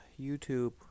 YouTube